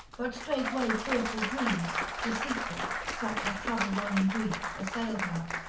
but straightway fearful dreams, deceitful, such as trouble one in grief, assailed her.